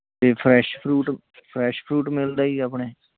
ਅਤੇ fresh fruit fresh fruit ਮਿਲਦਾ ਜੀ ਆਪਣੇ